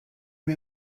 wir